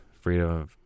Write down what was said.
Freedom